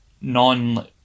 non